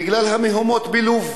בגלל המהומות בלוב.